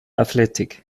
athletic